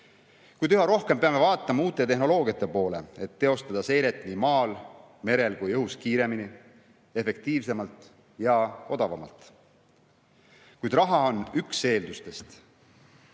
Kuid üha rohkem peame vaatama uue tehnoloogia poole, et teostada seiret nii maal, merel kui ka õhus kiiremini, efektiivsemalt ja odavamalt. Kuid raha on vaid üks eeldustest.